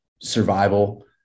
survival